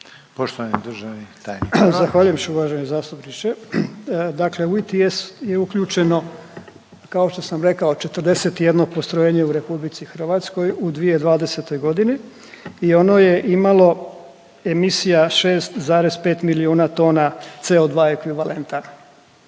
**Horvat, Mile (SDSS)** Zahvaljujem se uvaženi zastupniče. Dakle, u MTS je uključeno kao što sam rekao 41 postrojenje u RH u 2020. godini i ono je imalo emisija 6,5 milijuna tona CO2 ekvivalenta.